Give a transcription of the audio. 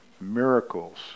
miracles